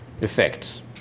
effects